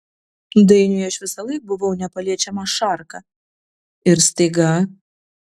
dainiui aš visąlaik buvau nepaliečiama šarka ir staiga